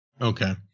okay